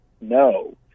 No